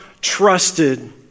trusted